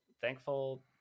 thankful